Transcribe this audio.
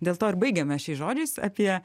dėl to ir baigiame šiais žodžiais apie